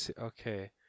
Okay